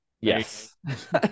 Yes